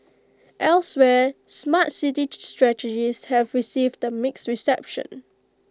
elsewhere Smart City strategies have received A mixed reception